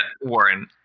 warren